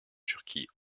turquie